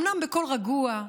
אומנם בקול רגוע,